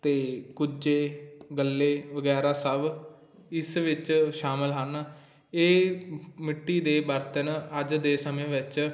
ਅਤੇ ਕੁੱਜੇ ਗੱਲੇ ਵਗੈਰਾ ਸਭ ਇਸ ਵਿੱਚ ਸ਼ਾਮਲ ਹਨ ਇਹ ਮਿੱਟੀ ਦੇ ਬਰਤਨ ਅੱਜ ਦੇ ਸਮੇਂ ਵਿੱਚ